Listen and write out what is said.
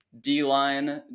D-line